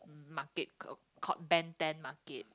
market c~ called Ben-Thanh-Market